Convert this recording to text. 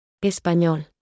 Español